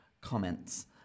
comments